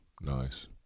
Nice